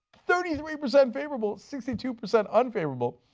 thirty three percent favorable, sixty two percent unfavorable,